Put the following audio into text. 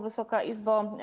Wysoka Izbo!